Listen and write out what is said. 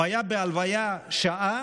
הוא היה בהלוויה שעה,